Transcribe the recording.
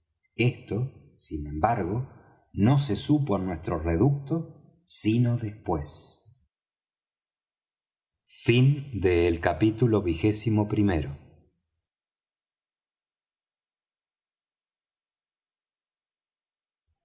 esto sin embargo no se supo en nuestro reducto sino después